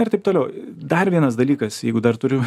ir taip toliau dar vienas dalykas jeigu dar turiu